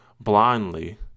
blindly